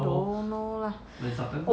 don't know lah